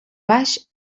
baix